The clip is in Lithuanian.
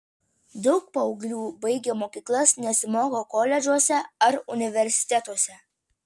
daug paauglių baigę mokyklas nesimoko koledžuose ar universitetuose